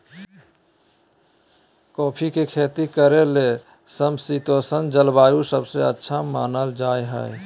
coffee के खेती करे ले समशितोष्ण जलवायु सबसे अच्छा मानल जा हई